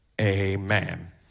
amen